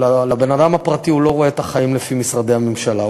האדם הפרטי לא רואה את החיים לפי משרדי הממשלה,